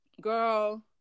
girl